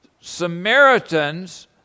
Samaritans